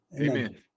amen